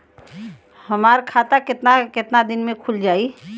हमर खाता कितना केतना दिन में खुल जाई?